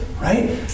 right